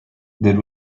that